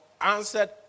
answered